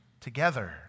together